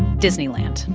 disneyland.